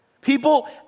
People